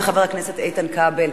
וחבר הכנסת איתן כבל.